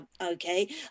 okay